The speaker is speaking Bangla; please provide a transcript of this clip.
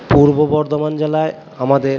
পূর্ব বর্ধমান জেলায় আমাদের